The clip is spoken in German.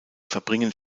verbringen